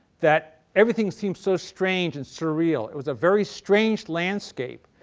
that everything seemed so strange and surreal. it was a very strange landscape.